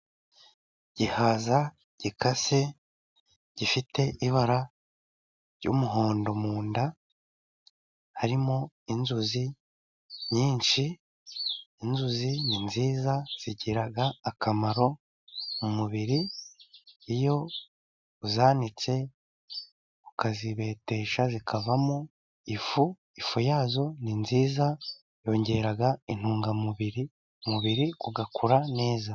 Igihaza gikase gifite ibara ry'umuhondo mu nda, harimo inzuzi nyinshi. Inzuzi ni nziza zigira akamaro mu mubiri. Iyo uzanitse, ukazibetesha zikavamo ifu. Ifu yazo ni nziza yongera intungamubiri, umubiri ugakura neza.